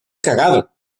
cagado